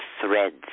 threads